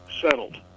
settled